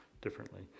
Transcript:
differently